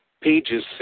pages